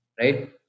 Right